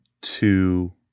two